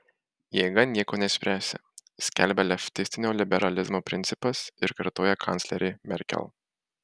jėga nieko neišspręsi skelbia leftistinio liberalizmo principas ir kartoja kanclerė merkel